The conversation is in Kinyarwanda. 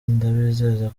ndabizeza